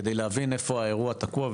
כדי להבין איפה האירוע תקוע,